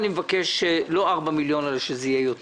אני מבקש שזה יהיה לא 4 מיליון שקל אלא יותר,